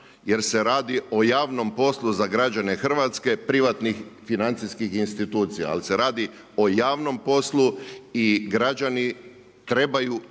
jer se radi o javnom poslu za građane Hrvatske privatnih financijskih institucija, ali se radi o javnom poslu i građani trebaju